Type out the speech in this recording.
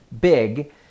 big